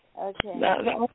Okay